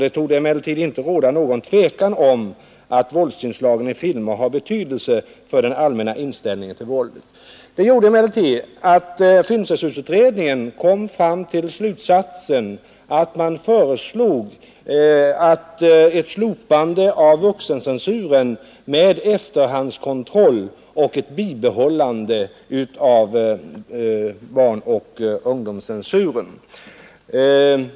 Det torde emellertid inte råda någon tvekan om att våldsinslagen i filmer har betydelse för den allmänna inställningen till våldet.” Filmcensurutredningen kom fram till slutsatsen att man skulle föreslå ett slopande av vuxencensur med efterhandskontroll och ett bibehållande av barnoch ungdomscensuren.